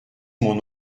mon